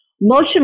Motion